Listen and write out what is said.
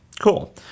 Cool